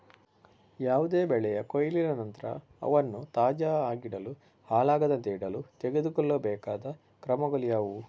ಯಾವುದೇ ಬೆಳೆಯ ಕೊಯ್ಲಿನ ನಂತರ ಅವನ್ನು ತಾಜಾ ಆಗಿಡಲು, ಹಾಳಾಗದಂತೆ ಇಡಲು ತೆಗೆದುಕೊಳ್ಳಬೇಕಾದ ಕ್ರಮಗಳು ಯಾವುವು?